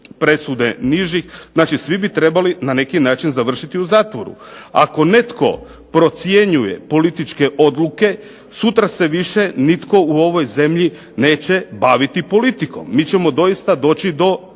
presude nižih. Znači svi bi trebali na neki način završiti u zatvoru. Ako netko procjenjuje političke odluke sutra se više nitko u ovoj zemlji neće baviti politikom. Mi ćemo doista doći do